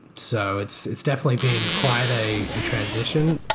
so it's it's definitely been quite a transition,